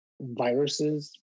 viruses